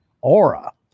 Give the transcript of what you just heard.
aura